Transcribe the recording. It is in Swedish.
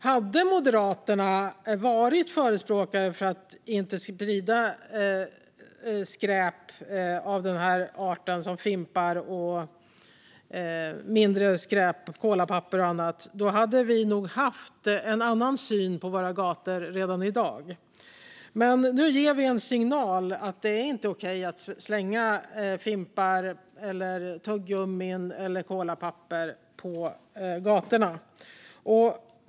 Hade Moderaterna varit förespråkare för att inte sprida skräp av den arten som fimpar, mindre skräp, kolapapper och annat hade vi nog haft en annan syn på våra gator redan i dag. Men nu ger vi en signal om att det inte är okej att slänga fimpar, tuggummi eller kolapapper på gatorna.